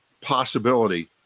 possibility